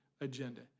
agenda